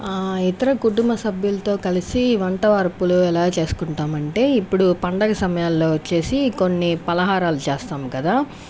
ఇతర కుటుంబ సభ్యులతో కలిసి వంటవరపులు ఎలా చేసుకుంటామంటే ఇప్పుడు పండగ సమయాల్లో వచ్చేసి కొన్ని ఫలహారాలు చేస్తాం కదా